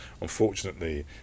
Unfortunately